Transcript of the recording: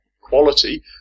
quality